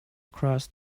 across